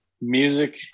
music